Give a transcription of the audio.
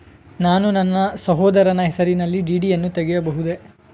ನಾನು ನನ್ನ ಸಹೋದರನ ಹೆಸರಿನಲ್ಲಿ ಡಿ.ಡಿ ಯನ್ನು ತೆಗೆಯಬಹುದೇ?